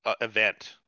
event